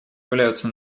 являются